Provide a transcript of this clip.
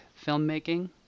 filmmaking